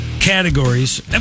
categories